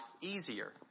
easier